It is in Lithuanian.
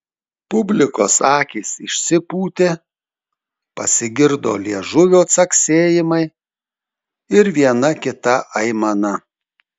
publikos akys išsipūtė pasigirdo liežuvio caksėjimai ir viena kita aimana